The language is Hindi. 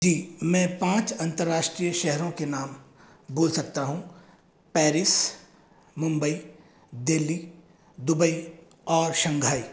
जी मैं पाँच अंतरराष्ट्रीय शहरों के नाम बोल सकता हूँ पेरिस मुंबई दिल्ली दुबई और शंघाई